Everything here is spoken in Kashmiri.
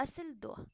اصٕل دۄہ